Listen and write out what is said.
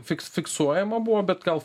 fiks fiksuojama buvo bet gal